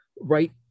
right